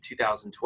2012